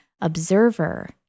observer